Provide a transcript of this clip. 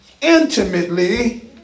intimately